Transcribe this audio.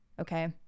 okay